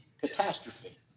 catastrophe